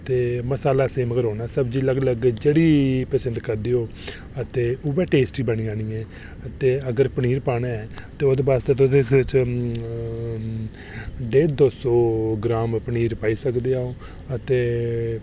ते मसाला सेम गै रौहना सब्जी अलग अलग जेह्ड़ी सब्जी तुस पसंद करदे ओ अते उ'ऐ टेस्टी बनी ते अगर पनीर पाना ते ओह्दे आस्तै डेढ दौ सौ ग्राम पनीर पाई सकदे अते